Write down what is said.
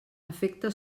afecta